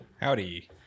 Howdy